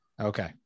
Okay